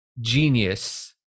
genius